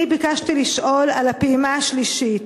אני ביקשתי לשאול על הפעימה השלישית: